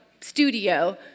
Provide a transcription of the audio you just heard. studio